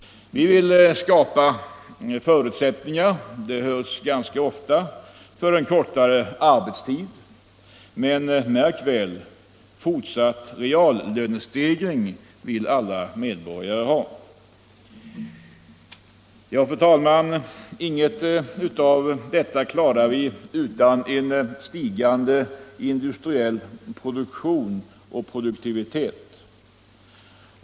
Vi vill skapa förutsättningar — det hörs ganska ofta — för kortare arbetstid. Men, märk väl, fortsatt reallönestegring vill alla medborgare ha. Ingenting av detta klarar vi utan en stigande industriell produktion och produktivitet.